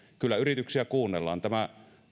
kyllä yrityksiä kuunnellaan tämä